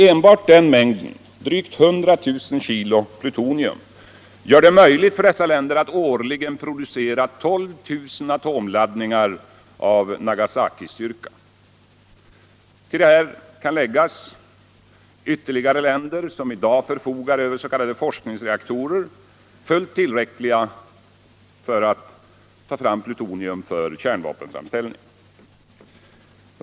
Enbart den mängden, drygt 100 000 kg plutonium, gör det möjligt för dessa länder att årligen producera 12 000 atomladdningar av Nagasakistyrka. Till detta kan läggas ytterligare länder som i dag förfogar över s.k. forskningsreaktorer, fullt tillräckliga för att man skall kunna ta fram plutonium för kärnvapenframställning.